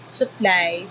supply